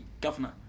governor